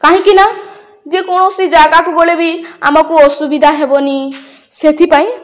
କାହିଁକି ନା ଯେକୌଣସି ଜାଗାକୁ ଗଲେ ବି ଆମକୁ ଅସୁବିଧା ହେବନି ସେଥିପାଇଁ